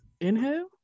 inhale